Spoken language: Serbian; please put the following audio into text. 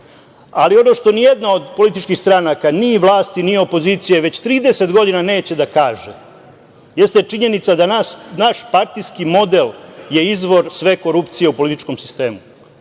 pravcu. Ono što nijedna od političkih stranaka ni vlasti, ni opozicije, već trideset godina neće da kaže jeste činjenica da naš partijski model je izvor sve korupcije u političkom sistemu,